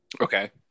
Okay